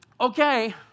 Okay